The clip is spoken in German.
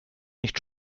nicht